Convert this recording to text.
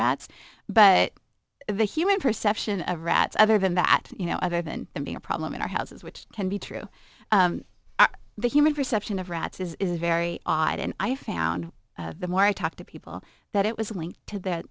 rats but the human perception of rats other than that you know other than them being a problem in our houses which can be true the human perception of rats is very odd and i found the more i talked to people that it was linked to the